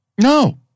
No